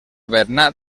bernat